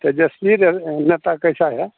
तेजस्वी दल नेता कैसा है